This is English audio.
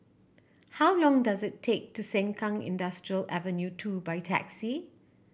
how long does it take to Sengkang Industrial Avenue Two by taxi